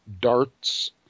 darts